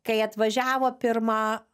kai atvažiavo pirma